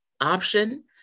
option